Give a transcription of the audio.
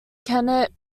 kennett